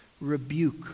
rebuke